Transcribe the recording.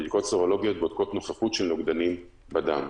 בדיקות סרולוגיות בודקות נוכחות של נוגדנים בדם.